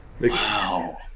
Wow